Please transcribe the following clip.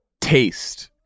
taste